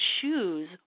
choose